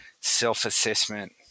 self-assessment